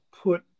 put